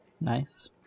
Nice